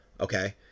okay